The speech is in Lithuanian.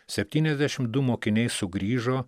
septyniasdešim du mokiniai sugrįžo